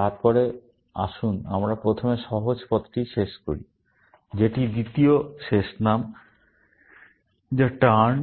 তারপর আসুন আমরা প্রথমে সহজ পথটি শেষ করি যেটি দ্বিতীয় শেষ নাম যা টার্ন